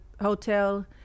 hotel